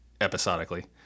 episodically